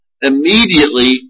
immediately